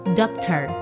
doctor